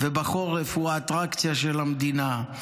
ובחורף הוא האטרקציה של המדינה.